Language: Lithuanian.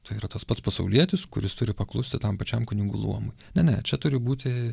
tai yra tas pats pasaulietis kuris turi paklusti tam pačiam kunigų luomui ne ne čia turi būti